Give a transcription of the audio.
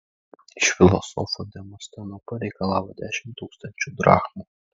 iš filosofo demosteno pareikalavo dešimt tūkstančių drachmų